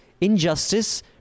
injustice